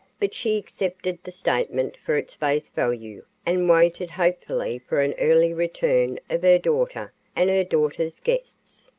but she accepted the statement for its face value and waited hopefully for an early return of her daughter and her daughter's guests.